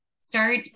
Start